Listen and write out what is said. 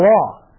law